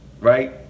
right